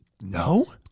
no